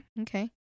okay